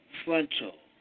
frontal